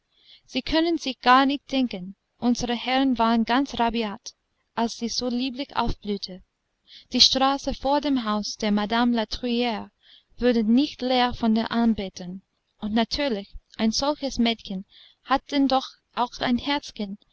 sie können sich gar nicht denken unsere herren waren ganz rabiat als sie so lieblich aufblühte die straße vor dem haus der madame la truiaire wurde nicht leer von den anbetern und natürlich ein solches mädchen hat denn doch auch ein